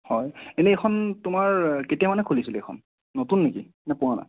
হয় এনেই এইখন তোমাৰ কেতিয়া মানে খুলিছিলে এইখন নতুন নেকি নে পুৰণা